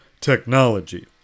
technology